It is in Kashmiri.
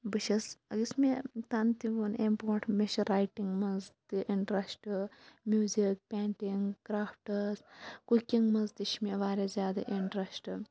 بہٕ چھَس یُس مےٚ تَنہٕ تہِ ووٚن امہِ برٛونٛٹھ مےٚ چھِ رایٹِنٛگ مَنٛز تہِ interest music painting crafts cooking مَنٛز تہِ چھِ مےٚ واریاہ زیادٕ اِنٹرسٹ